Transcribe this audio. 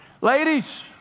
Ladies